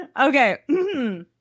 Okay